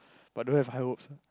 but don't have high hopes